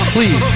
Please